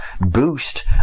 boost